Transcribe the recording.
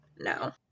no